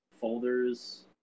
folders